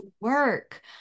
work